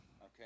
okay